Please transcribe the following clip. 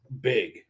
big